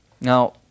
Now